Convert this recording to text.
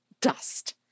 dust